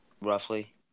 Roughly